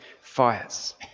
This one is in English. fires